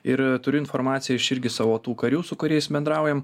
ir turiu informaciją iš irgi savo tų karių su kuriais bendraujam